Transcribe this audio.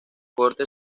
corte